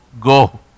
go